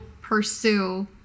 pursue